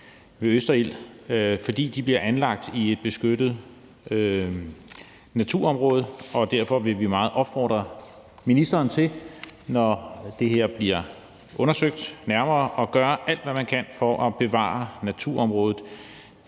ved Østerild, fordi de bliver anlagt i et beskyttet naturområde, og derfor vil vi meget opfordre ministeren til, når det her bliver undersøgt nærmere, at gøre alt, hvad man kan, for at bevare naturområdet